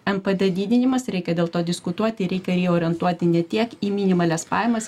npd didinimas reikia dėl to diskutuoti reikia jį orientuoti ne tiek į minimalias pajamas